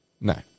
No